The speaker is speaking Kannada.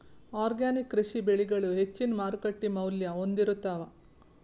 ಆರ್ಗ್ಯಾನಿಕ್ ಕೃಷಿ ಬೆಳಿಗಳು ಹೆಚ್ಚಿನ್ ಮಾರುಕಟ್ಟಿ ಮೌಲ್ಯ ಹೊಂದಿರುತ್ತಾವ